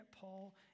Paul